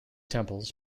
temples